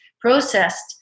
processed